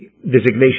designation